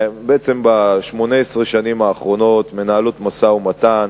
ב-18 השנים האחרונות כל הממשלות מנהלות משא-ומתן,